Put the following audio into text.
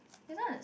this one is